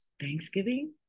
Thanksgiving